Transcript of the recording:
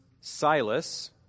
Silas